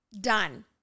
done